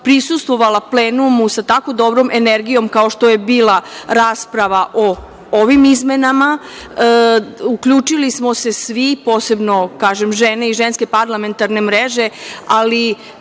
prisustvovala plenumu sa tako dobrom energijom kao što je bila rasprava o ovim izmenama, uključili smo se svi, posebno kažem žene iz Ženske parlamentarne mreže, ali